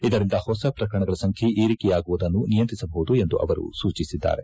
ಇದರಿಂದ ಹೊಸ ಪ್ರಕರಣಗಳ ಸಂಖ್ಯೆ ಏರಿಕೆಯಾಗುವುದನ್ನು ನಿಯಂತ್ರಿಸಬಹುದು ಎಂದು ಅವರು ಸೂಚಿಸಿದ್ದಾರೆ